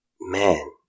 man